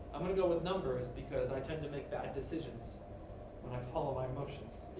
i'm going to go with numbers because i tend to make bad decisions when i follow my emotions,